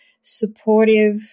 supportive